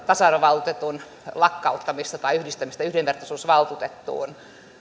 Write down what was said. tasa arvovaltuutetun lakkauttaminen tai yhdistäminen yhdenvertaisuusvaltuutettuun